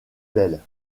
belles